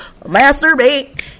masturbate